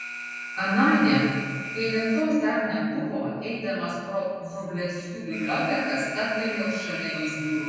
anądien kai lentos dar nebuvo eidamas pro vrublevskių biblioteką stabtelėjau šalia jos durų